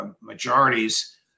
majorities